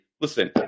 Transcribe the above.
listen